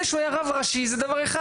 זה שהוא היה רב ראשי זה דבר אחד.